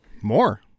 More